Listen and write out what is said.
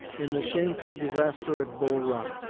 in the shameful disaster at bull run.